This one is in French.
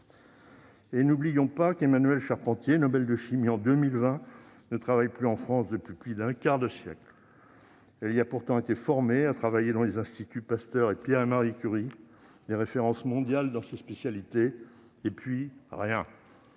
Et n'oublions pas qu'Emmanuelle Charpentier, prix Nobel de chimie en 2020, ne travaille plus en France depuis plus d'un quart de siècle. Elle y a pourtant été formée, a travaillé au sein des instituts Pasteur et Curie, des références mondiales dans ses spécialités. Et puis ...